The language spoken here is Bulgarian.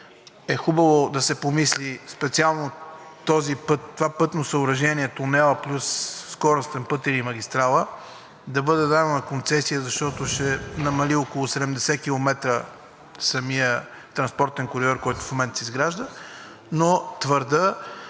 е хубаво да се помисли специално това пътно съоръжение – тунел плюс скоростен път или магистрала, да бъде дадено на концесия, защото ще намали около 70 км самия транспортен коридор, който в момента се изгражда, но твърдя,